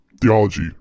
theology